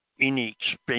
inexpensive